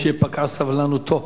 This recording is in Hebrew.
ופקעה סבלנותו.